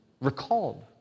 recalled